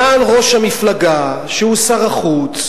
מעל ראש המפלגה, שהוא שר החוץ,